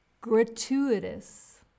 Gratuitous